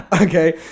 okay